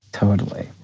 totally.